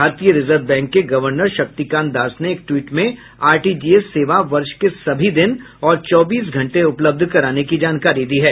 भारतीय reserve bank के governor Shaktikanta Das ने एक ट्वीट में आरटीजीएस सेवा वर्ष के सभी दिन और चौबीस घंटे उपलब्ध कराने की जानकारी दी है